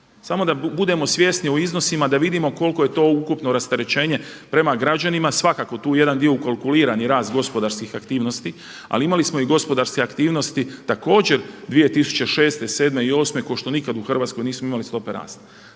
Samo da budemo svjesni o iznosima, da vidimo koliko je to ukupno rasterećenje prema građanima. Svakako tu je jedan dio ukalkuliran rast gospodarskih aktivnosti ali imali smo i gospodarske aktivnosti također 2006., sedme i osme ko što nikad u Hrvatskoj nismo imali stope rasta.